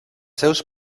seus